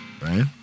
right